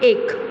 एक